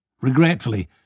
Regretfully